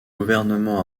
gouvernement